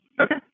Okay